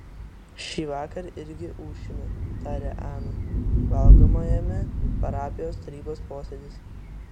šįvakar irgi ūšime tarė ana valgomajame parapijos tarybos posėdis